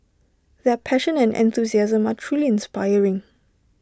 their passion and enthusiasm are truly inspiring